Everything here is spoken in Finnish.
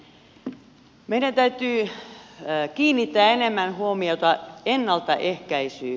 meidän täytyy kiinnittää enemmän huomiota ennaltaehkäisyyn